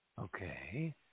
Okay